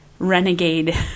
renegade